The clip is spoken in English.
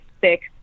six